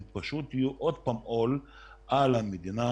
הם פשוט יהיו עוד פעם עול על המדינה,